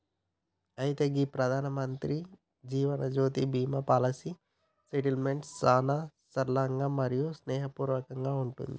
అయితే గీ Pradhanmantri Jeevanjyoti Bima policy settlement సానా సరళంగా మరియు స్నేహపూర్వకంగా ఉంటుంది